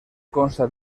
consta